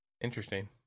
Interesting